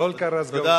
"טולקה רזגובור".